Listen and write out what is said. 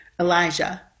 Elijah